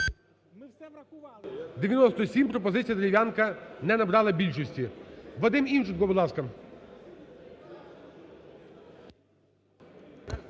97. Пропозиція Дерев'янка не набрала більшості. Вадим Івченко, будь ласка.